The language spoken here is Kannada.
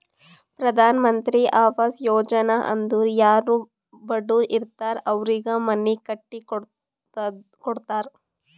ಪ್ರಧಾನ್ ಮಂತ್ರಿ ಆವಾಸ್ ಯೋಜನಾ ಅಂದುರ್ ಯಾರೂ ಬಡುರ್ ಇರ್ತಾರ್ ಅವ್ರಿಗ ಮನಿ ಕಟ್ಟಿ ಕೊಡ್ತಾರ್